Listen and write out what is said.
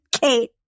Kate